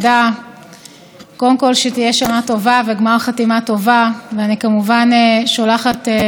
שולחת ההשתתפות בצער ואת צערי על מותו של ארי,